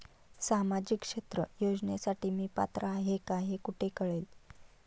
सामाजिक क्षेत्र योजनेसाठी मी पात्र आहे का हे कुठे कळेल?